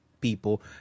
people